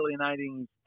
alienating